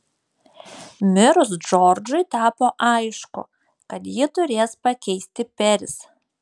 mirus džordžui tapo aišku kad jį turės pakeisti peris